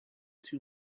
two